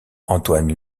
antoine